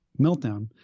Meltdown